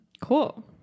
Cool